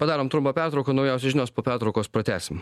padarom trumpą pertrauką naujausios žinios po pertraukos pratęsim